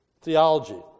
theology